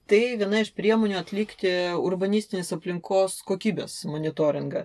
tai viena iš priemonių atlikti urbanistinės aplinkos kokybės monitoringą